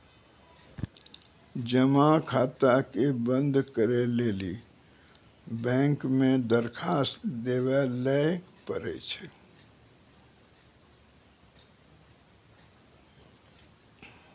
जमा खाता के बंद करै लेली बैंक मे दरखास्त देवै लय परै छै